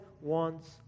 wants